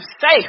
safe